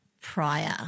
prior